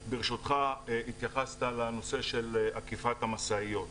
ברשותך, התייחסת לנושא של עקיפת המשאית,